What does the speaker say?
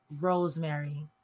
Rosemary